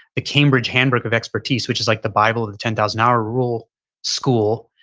the cambridge handbook of expertise, which is like the bible of the ten thousand hour rule school,